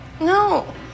No